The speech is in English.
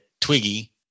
twiggy